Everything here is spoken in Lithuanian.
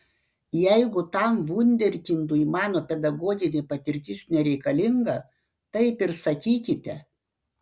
jeigu tam vunderkindui mano pedagoginė patirtis nereikalinga taip ir sakykite